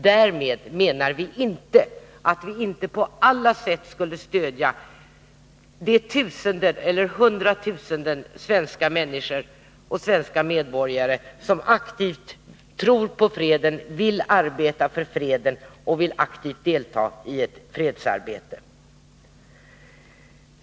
Därmed menar vi inte att vi inte på alla sätt skulle stödja de tusentals — ja, hundratusentals — svenska medborgare som aktivt tror på freden, vill arbeta för freden och vill aktivt delta i ett fredsarbete.